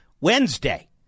Wednesday